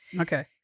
Okay